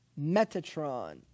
Metatron